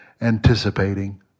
anticipating